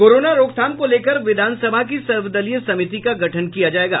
corona रोकथाम को लेकर विधानसभा की सर्वदलीय समिति का गठन किया जायेगा